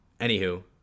Anywho